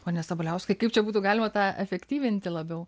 pone sabaliauskai kaip čia būtų galima tą efektyvinti labiau